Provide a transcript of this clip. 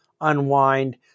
unwind